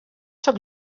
sóc